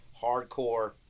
hardcore